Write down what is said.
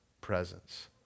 presence